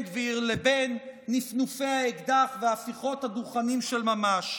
גביר לבין נפנופי האקדח והפיכות הדוכנים של ממש: